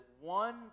one